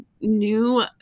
new